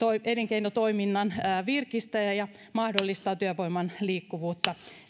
elinkeinotoiminnan virkistäjä ja mahdollistavat työvoiman liikkuvuutta